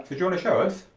to to and show us?